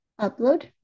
upload